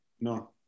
No